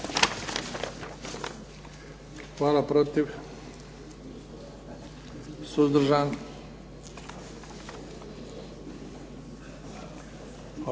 Hvala. Protiv? Suzdržan?